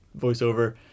voiceover